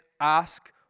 ask